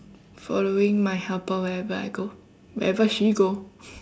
following my helper wherever I go wherever she go